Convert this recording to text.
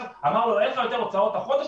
אמר לו: אין לך יותר הוצאות החודש,